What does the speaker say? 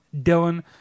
Dylan